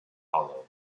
hollow